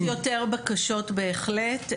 יש יותר בקשות בהחלט,